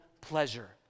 pleasure